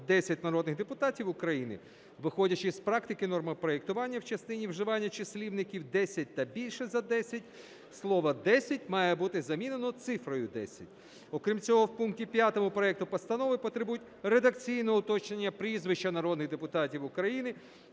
10 народних депутатів України, виходячи з практики нормопроектування в частині вживання числівників "десять та більше за десять" слово "десять" має бути замінено цифрою "10". Окрім цього, у пункті 5 проекту постанови потребує редакційного уточнення прізвищ народних депутатів України,